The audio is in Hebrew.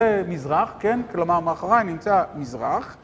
זה מזרח, כן? כלומר, מאחוריי נמצא מזרח.